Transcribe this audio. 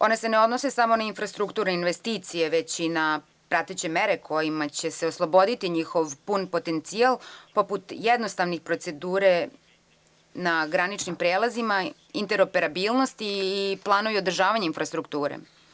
One se ne odnose samo na infrastrukturne investicije, već i na prateće mere kojima će se osloboditi njihov pun potencijal poput jednostavne procedure na graničnim prelazima, interoperabilnosti i planovi održavanja infrastrukture.